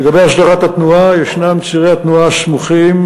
לגבי הסדרת התנועה, ישנם צירי התנועה הסמוכים